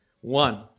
One